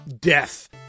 Death